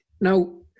Now